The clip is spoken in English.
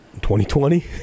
2020